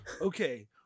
Okay